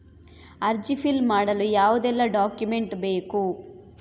ಅರ್ಜಿ ಫಿಲ್ ಮಾಡಲು ಯಾವುದೆಲ್ಲ ಡಾಕ್ಯುಮೆಂಟ್ ಬೇಕು?